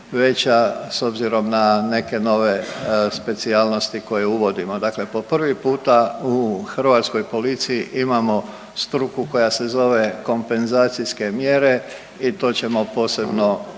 veća s obzirom na neke nove specijalnosti koje uvodimo. Dakle, po prvi puta u Hrvatskoj policiji imamo struku koja se zove kompenzacijske mjere i to ćemo posebno